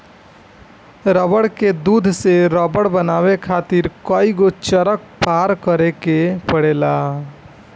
रबड़ के दूध से रबड़ बनावे खातिर कईगो चरण पार करे के पड़ेला